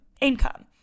income